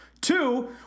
Two